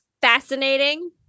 fascinating